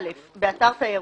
באתר תיירות,